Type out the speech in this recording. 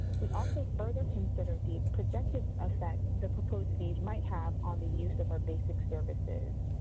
we also further considered the projected effect the proposed fees might have on the use of our basic services.